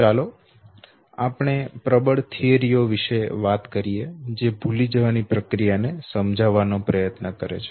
તો ચાલો આપણે પ્રબળ સિદ્ધાંતો વિશે વાત કરીએ જે ભૂલવાની પ્રક્રિયાને સમજાવવાનો પ્રયત્ન કરે છે